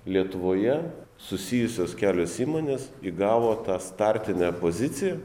lietuvoje susijusios kelios įmonės įgavo tą startinę poziciją